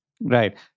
Right